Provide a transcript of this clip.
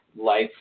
life